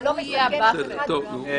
אני